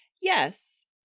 Yes